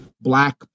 black